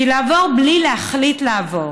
כי לעבור בלי להחליט לעבור,